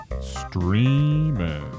Streaming